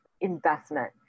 investment